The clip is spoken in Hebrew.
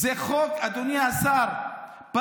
ואתם תומכים היום עם הממשלה ואתם תצביעו בעד הממשלה.